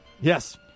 Yes